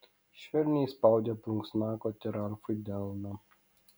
švelniai įspaudė plunksnakotį ralfui į delną